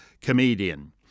comedian